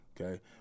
Okay